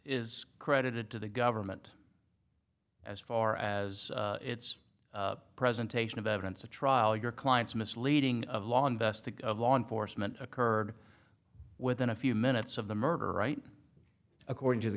is credited to the government as far as its presentation of evidence to trial your client's misleading of law investigate of law enforcement occurred within a few minutes of the murder right according to the